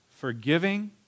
forgiving